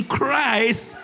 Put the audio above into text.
Christ